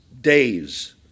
days